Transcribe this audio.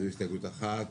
זו הסתייגות אחת.